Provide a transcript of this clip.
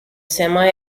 semi